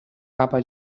papa